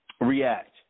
react